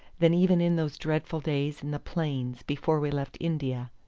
than even in those dreadful days in the plains before we left india.